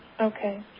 Okay